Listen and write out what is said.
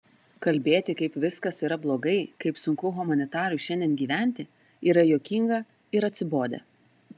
kalbėti kaip viskas yra blogai kaip sunku humanitarui šiandien gyventi yra juokinga ir atsibodę